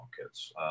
markets